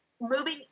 moving